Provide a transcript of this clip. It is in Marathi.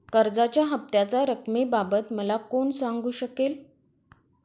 कर्जाच्या हफ्त्याच्या रक्कमेबाबत मला कोण सांगू शकेल?